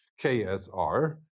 KSR